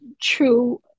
true